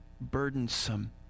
burdensome